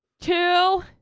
two